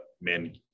men